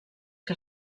que